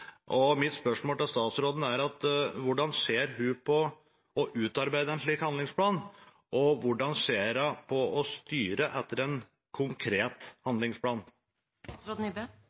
Mitt spørsmål til statsråden er: Hvordan ser hun på å utarbeide en slik handlingsplan, og hvordan ser hun på å styre etter en konkret